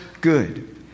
good